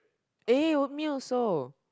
eh me also